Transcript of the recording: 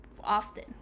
often